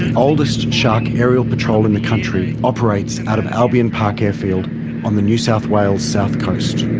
and oldest and shark aerial patrol in the country operates out albion park airfield on the new south wales south coast.